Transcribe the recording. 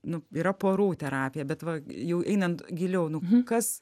nu yra porų terapija bet va jau einant giliau nu kas